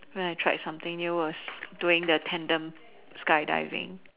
when I tried something new was doing the tandem skydiving